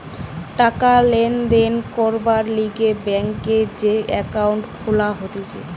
টাকা লেনদেন করবার লিগে ব্যাংকে যে একাউন্ট খুলা হতিছে